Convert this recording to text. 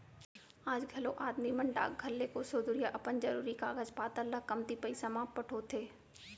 आज घलौ आदमी मन डाकघर ले कोसों दुरिहा अपन जरूरी कागज पातर ल कमती पइसा म पठोथें